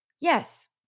Yes